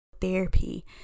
therapy